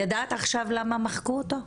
ידעת עכשיו למה מחקו אותו?